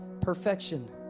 perfection